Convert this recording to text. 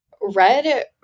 red